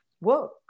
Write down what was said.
work